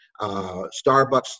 Starbucks